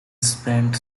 spent